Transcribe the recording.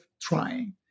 trying